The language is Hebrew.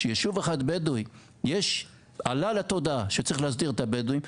כשישוב אחד בדואי עלה לתודעה שצריך להסדיר את הבדואים,